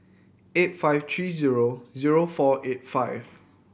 eight five three zero zero four eight five